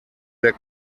der